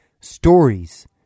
stories